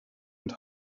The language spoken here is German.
und